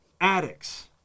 addicts